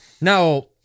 Now